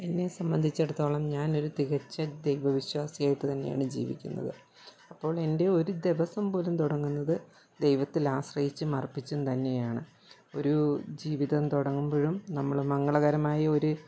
എന്നെ സംബന്ധിച്ചിടത്തോളം ഞാനൊരു തികച്ച ദൈവവിശ്വാസിയായിട്ട് തന്നെയാണ് ജീവിക്കുന്നത് അപ്പോളെൻ്റെ ഒരു ദിവസം പോലും തുടങ്ങുന്നത് ദൈവത്തിലാശ്രയിച്ചും അർപ്പിച്ചും തന്നെയാണ് ഒരു ജീവിതം തുടങ്ങുമ്പോഴും നമ്മൾ മംഗളകരമായ ഒരു